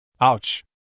Ouch